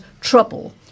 trouble